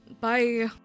Bye